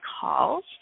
calls